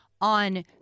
on